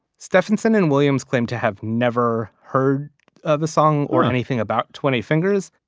stephenson and williams claimed to have never heard of the song or anything about twenty fingers.